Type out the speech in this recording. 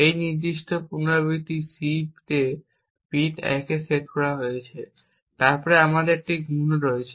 এই নির্দিষ্ট পুনরাবৃত্তিতে সি তে বিট 1 এ সেট করা হয়েছে তারপরে আমাদের একটি গুণও রয়েছে